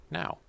now